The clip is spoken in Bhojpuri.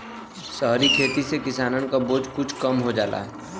सहरी खेती से किसानन के बोझ कुछ कम हो जाला